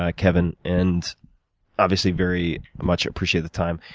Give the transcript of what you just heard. ah kevin. and obviously, very much appreciate the time.